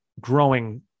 growing